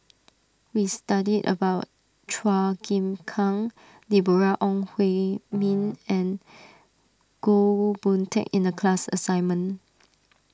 we studied about Chua Chim Kang Deborah Ong Hui Min and Goh Boon Teck in the class assignment